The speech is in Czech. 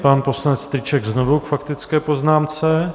Pan poslanec Strýček znovu k faktické poznámce.